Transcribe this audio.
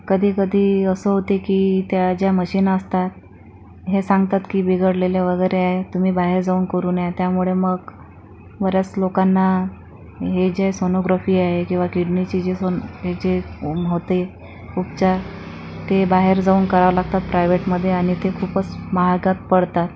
कधी कधी असं होते की त्या ज्या मशीन असतात हे सांगतात की बिघडलेले वगैरे आहे तुम्ही बाहेर जाऊन करून या त्यामुळे मग बऱ्याच लोकांना हे जे सोनोग्राफी आहे किंवा किडणीची जी सोनो हे जे होते उपचार ते बाहेर जाऊन करावं लागतात प्रायवेटमध्ये आणि ते खूपच महागात पडतात